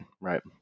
right